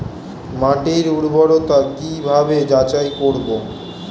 মাটির উর্বরতা কি ভাবে যাচাই করব?